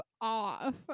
off